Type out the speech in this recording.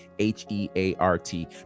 h-e-a-r-t